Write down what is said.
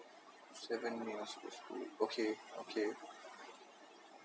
seven meals per school okay okay